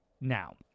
now